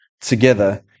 together